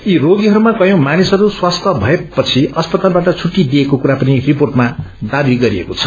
यी रोगीहरूमा कयौं मानिसहरू स्वास्थ्य भएपछि अस्पतालवाट छुट्टी दिइएको कुरा पनि रिपोर्टमा दावी गरिएको छ